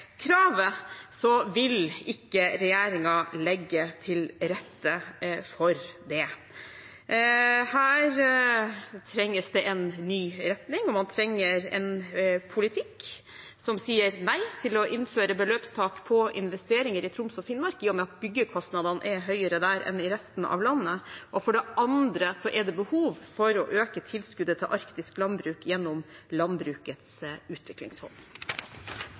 en ny retning, og man trenger en politikk som sier nei til å innføre beløpstak på investeringer i Troms og Finnmark, i og med at byggekostnadene er høyere der enn i resten av landet, og for det andre er det behov for å øke tilskuddet til arktisk landbruk gjennom Landbrukets utviklingsfond.